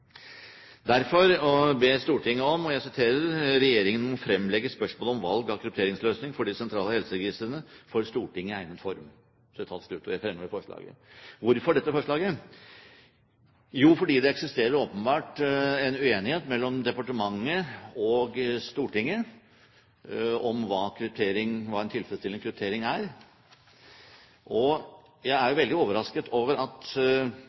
Derfor ber Stortinget «regjeringen fremlegge spørsmålet om valg av krypteringsløsning for de sentrale helseregistrene for Stortinget i egnet form». Hvorfor dette forslaget? Jo, fordi det åpenbart eksisterer en uenighet mellom departementet og Stortinget om hva en tilfredsstillende kryptering er. Jeg er jo veldig overrasket over at